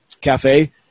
cafe